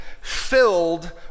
filled